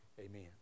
Amen